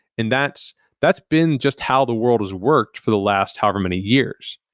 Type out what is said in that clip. and that's that's been just how the world has worked for the last however many years,